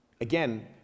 Again